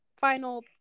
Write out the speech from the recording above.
final